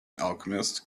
alchemist